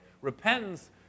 Repentance